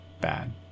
bad